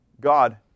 God